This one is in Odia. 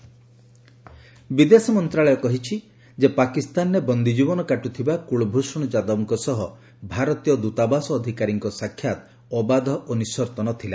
ଇଣ୍ଡିଆ କୁଳଭୂଷଣ ବିଦେଶ ମନ୍ତାଳୟ କହିଛି ଯେ ପାକିସ୍ତାନରେ ବନ୍ଦୀ ଜୀବନ କାଟୁଥିବା କୁଳଭୂଷଣ ଯାଦବଙ୍କ ସହ ଭାରତୀୟ ଦୂତାବାସ ଅଧିକାରୀଙ୍କ ସାକ୍ଷାତ ଅବାଧ ଓ ନିଃସର୍ଭ ନଥିଲା